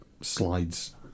slides